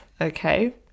okay